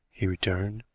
he returned,